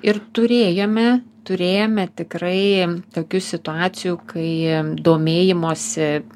ir turėjome turėjome tikrai tokių situacijų kai domėjimosi